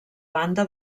banda